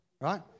right